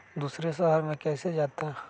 दूसरे शहर मे कैसे जाता?